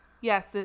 yes